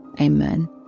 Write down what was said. Amen